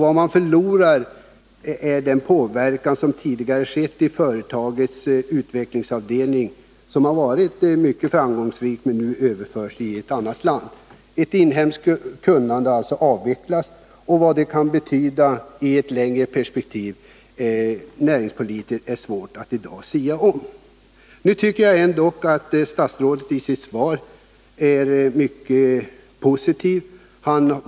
Vad man förlorar är den påverkan som man tidigare kunnat utöva i företagets utvecklingsavdelning, som har varit mycket framgångsrik men som nu överförs till ett annat land. Ett inhemskt kunnande avvecklas alltså. Vad det kan betyda näringspolitiskt sett i ett längre perspektiv för företagets överlevnad är det svårt att sia om. Nu tycker jag ändå att statsrådet är mycket positiv i sitt svar.